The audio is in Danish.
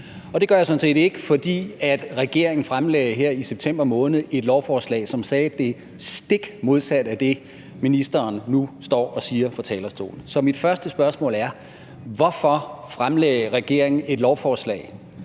jeg sådan set ikke, fordi regeringen her i september måned fremlagde et lovforslag, som sagde det stik modsatte af det, ministeren nu står og siger fra talerstolen. Så mit første spørgsmål er: Hvorfor fremlagde regeringen et lovforslag